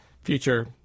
future